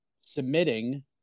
submitting